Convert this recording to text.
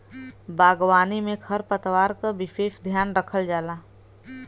बागवानी में खरपतवार क विसेस ध्यान रखल जाला